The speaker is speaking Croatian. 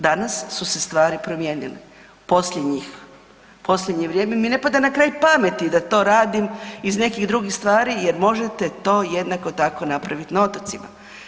Danas su se stvari promijenile, posljednjih, posljednje vrijeme mi ne pada na kraj pameti da to radim iz nekih drugih stvari jer možete to jednako tako napraviti na otocima.